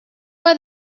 wear